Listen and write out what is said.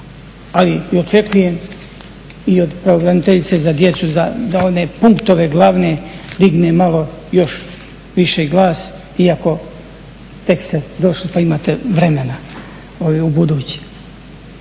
ali i očekujem i od pravobraniteljice za djecu da one punktove glavne digne malo još više glas, iako tek ste došli pa imate vremena i u buduće.